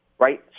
right